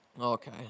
Okay